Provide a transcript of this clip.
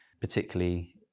particularly